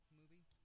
movie